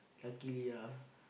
luckily ah